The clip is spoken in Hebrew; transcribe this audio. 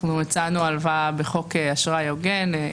הצענו הלוואה בחוק אשראי הוגן,